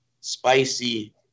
spicy